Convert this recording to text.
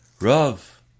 Rav